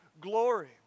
glory